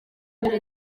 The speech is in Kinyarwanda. agira